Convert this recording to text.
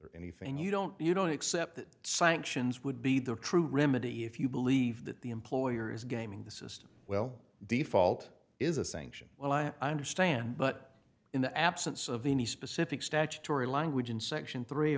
or anything you don't you don't accept that sanctions would be the true remedy if you believe that the employer is gaming the system well default is a sanction well i understand but in the absence of any specific statutory language in section three